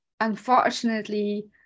unfortunately